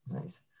Nice